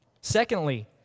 Secondly